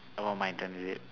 oh my turn is it